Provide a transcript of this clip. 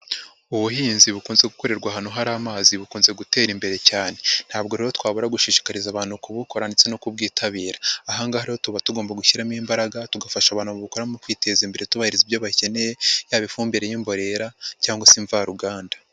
Ubuhinzi bukunze gukorerwa ahantu hari amazi bukunze gutera imbere cyane ntabwo rero twabura gushishikariza abantu kubukora ndetse no kubwitabira, aha ngaha rero tuba tugomba gushyiramo imbaraga tugafasha abantu babukora mu kwiteza imbere tubahereza ibyo bakeneye yaba ifumbire y'imborera cyangwa se imvaruganda.